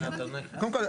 קודם כל,